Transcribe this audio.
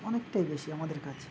অনেকটাই বেশি আমাদের কাছে